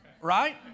right